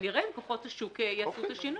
ואז נראה אם כוחות השוק יעשו את השינוי.